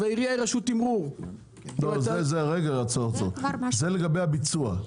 זה לגבי הביצוע.